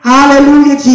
Hallelujah